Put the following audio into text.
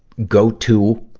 go to